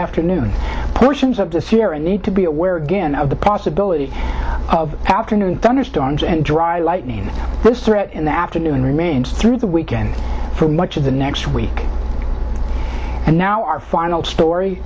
afternoon portions of the sierra need to be aware again of the possibility of afternoon thunderstorms and dry lightning this threat in the afternoon remains through the weekend for much of the next week and now our final story